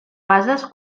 fases